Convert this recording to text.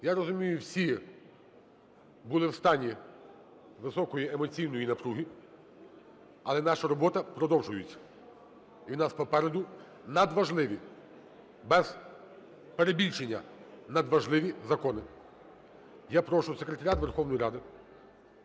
я розумію, всі були в стані високої емоційної напруги, але наша робота продовжується, і в нас попереду надважливі, без перебільшення, надважливі закони. Я прошу Секретаріат Верховної Ради